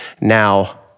Now